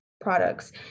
products